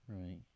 Right